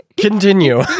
Continue